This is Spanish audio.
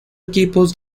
equipos